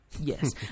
Yes